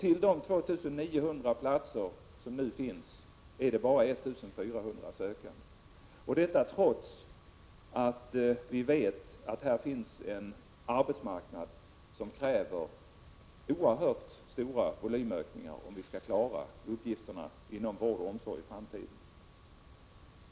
Till de 2 900 platser som nu finns är det bara 1 400 sökande, detta trots att vi vet att det här finns en arbetsmarknad som kräver oerhört stora volymökningar för att vi skall klara uppgifterna inom vård och omsorg i framtiden.